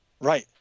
Right